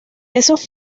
esos